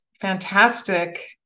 fantastic